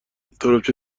تربچه